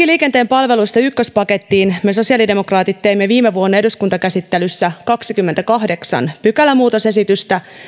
liikenteen palveluista ykköspakettiin me sosiaalidemokraatit teimme viime vuonna eduskuntakäsittelyssä kaksikymmentäkahdeksan pykälämuutosesitystä